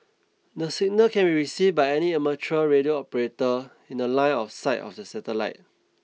this signal can received by any amateur radio operator in the line of sight of the satellite